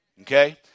Okay